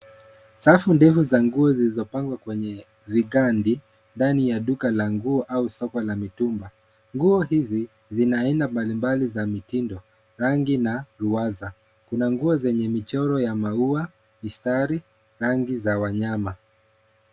Safu ndefu za nguo zilizopangwa kwenye vigandi, ndani ya duka la nguo au soko la mitumba. Nguo hizi, zina aina mbalimbali za mitindo, rangi na ruwaza. Kuna nguo zenye michoro ya maua, kistari, rangi za wanyama.